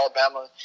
Alabama –